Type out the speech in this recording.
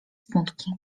smutki